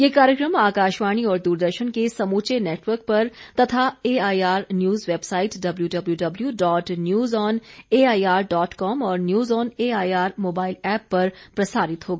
ये कार्यक्रम आकाशवाणी और दूरदर्शन के समूचे नेटवर्क पर तथा AIR news website W W W dot news on AIR dot com और news on AIR mobile app पर प्रसारित होगा